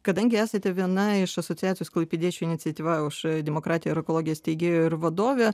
kadangi esate viena iš asociacijos klaipėdiečių iniciatyva už demokratiją ir ekologija steigėjų ir vadovė